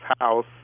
house